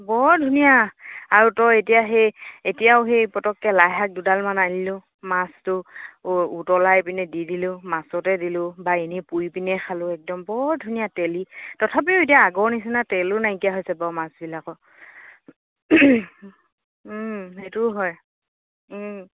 বৰ ধুনীয়া আৰু তই এতিয়া সেই এতিয়াও সেই পটককৈ লাইশাক দুডালমান আনিলোঁ মাছটো অ উতলাই পিনে দি দিলোঁ মাছতে দিলোঁ বা এনেই পুৰি পিনে খালোঁ একদম বৰ ধুনীয়া তেলি তথাপিও এতিয়া আগৰ নিচিনা তেলো নাইকিয়া হৈছে বাৰু মাছবিলাকৰ সেইটোও হয়